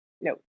Nope